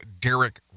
Derek